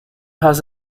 has